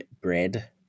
bread